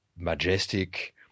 majestic